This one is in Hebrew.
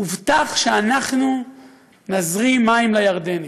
הובטח שאנחנו נזרים מים לירדנים.